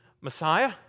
Messiah